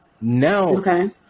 Now